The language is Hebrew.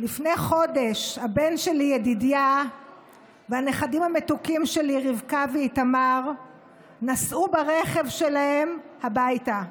הבן שלי ידידיה והנכדים המתוקים שלי רבקה ואיתמר נסעו ברכב שלהם הביתה.